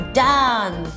done